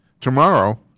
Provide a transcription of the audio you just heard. Tomorrow